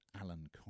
Alan